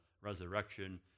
resurrection